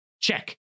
Check